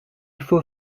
faut